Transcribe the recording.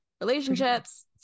relationships